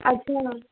अच्छा